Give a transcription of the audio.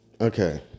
okay